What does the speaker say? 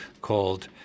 called